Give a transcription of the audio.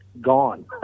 gone